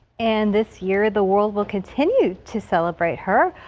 and this year the world will continue to celebrate her.